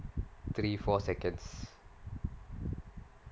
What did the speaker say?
three four seconds